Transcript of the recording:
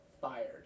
fired